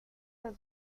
las